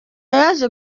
yaje